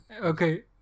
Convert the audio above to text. okay